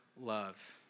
love